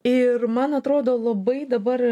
ir man atrodo labai dabar